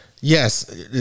yes